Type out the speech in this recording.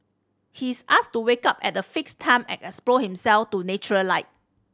he is asked to wake up at a fixed time and expose himself to natural light